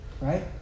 right